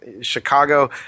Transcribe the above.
Chicago